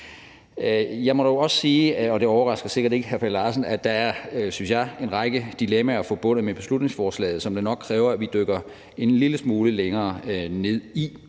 Jeg må dog også sige – og det overrasker sikkert ikke hr. Per Larsen – at der, synes jeg, er en række dilemmaer forbundet med beslutningsforslaget, som det jo nok kræver at vi dykker en lille smule længere ned i.